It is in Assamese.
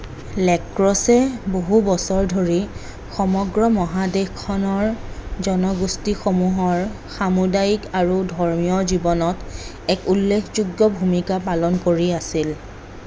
লেক্ৰছে বহু বছৰ ধৰি সমগ্ৰ মহাদেশখনৰ জনগোষ্ঠীসমূহৰ সামুদায়িক আৰু ধৰ্মীয় জীৱনত এক উল্লেখযোগ্য ভূমিকা পালন কৰি আছিল